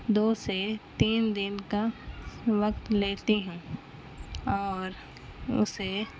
دو سے تین دن کا وقت لیتی ہوں اور اسے